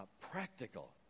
practical